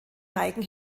neigen